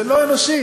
זה לא אנושי.